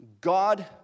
God